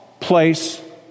place